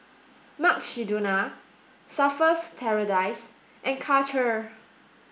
Mukshidonna Surfer's Paradise and Karcher